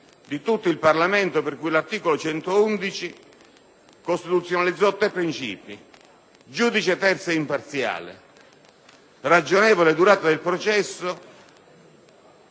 di tutto il Parlamento e l'articolo 111 costituzionalizzò tre princìpi: giudice terzo e imparziale, ragionevole durata del processo,